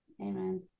amen